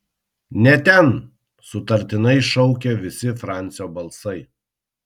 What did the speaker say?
ne ten sutartinai šaukė visi francio balsai